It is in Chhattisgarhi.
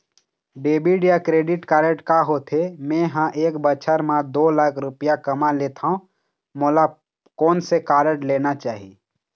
डेबिट या क्रेडिट कारड का होथे, मे ह एक बछर म दो लाख रुपया कमा लेथव मोला कोन से कारड लेना चाही?